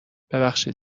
ببخشید